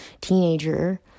teenager